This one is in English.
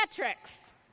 metrics